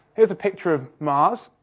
here's a picture of mars,